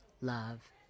love